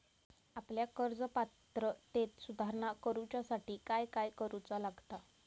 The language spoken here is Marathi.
आपल्या कर्ज पात्रतेत सुधारणा करुच्यासाठी काय काय करूचा लागता?